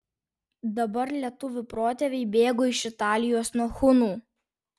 dabar lietuvių protėviai bėgo iš italijos nuo hunų